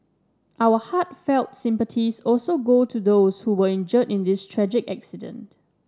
our heartfelt sympathies also go to those who were injured in this tragic accident